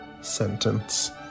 sentence